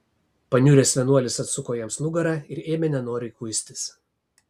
paniuręs vienuolis atsuko jiems nugarą ir ėmė nenoriai kuistis